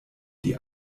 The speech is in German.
die